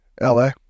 LA